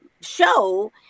show